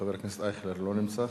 חבר הכנסת אייכלר, לא נמצא.